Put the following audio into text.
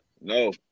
No